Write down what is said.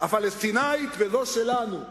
הפלסטינית, וזו שלנו.